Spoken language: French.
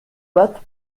patte